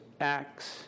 acts